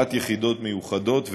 הפעלת יחידות מיוחדות ועוד.